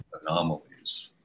anomalies